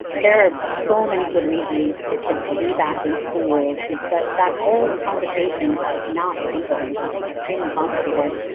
there are ah so many good reasons for kids to be back in school so that that whole conversation is just not simple in some extremely complicated.